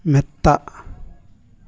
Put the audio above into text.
മെത്ത